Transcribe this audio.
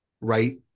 right